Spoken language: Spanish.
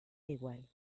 igual